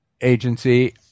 agency